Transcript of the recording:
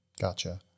Gotcha